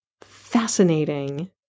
fascinating